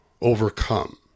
overcome